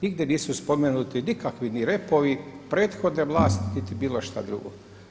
Nigdje nisu spomenuti nikakvi ni repovi prethodne vlasti, niti bilo šta drugo.